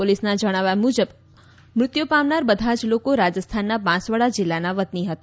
પોલીસના જણાવ્યા મૃત્યુ પામનાર બધા જ લોકો રાજસ્થાનના બાંસવાડા જિલ્લાના વતની હતા